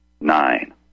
nine